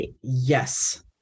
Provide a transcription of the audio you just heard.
Yes